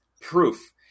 Proof